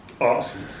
awesome